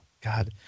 God